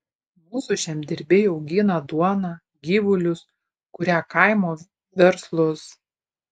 mūsų žemdirbiai augina duoną gyvulius kuria kaimo verslus